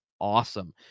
awesome